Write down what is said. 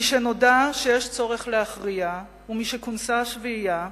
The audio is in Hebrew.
משנודע שיש צורך להכריע ומשכונסה השביעייה,